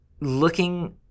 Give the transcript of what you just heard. looking